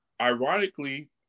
ironically